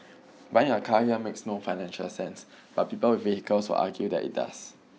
buying a car here makes no financial sense but people with vehicles will argue that it does